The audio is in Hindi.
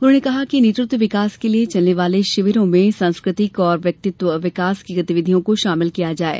उन्होंने कहा कि नेतृत्व विकास के लिये चलने वाले शिविरों में सांस्कृतिक और व्यक्तित्व विकास की गतिविधियों को शामिल किया जाये